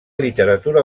literatura